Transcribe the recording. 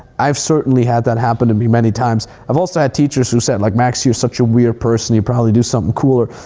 i've certainly had that happen to me many times. times. i've also had teachers who said like, max, you're such a weird person, you'll probably do something cooler.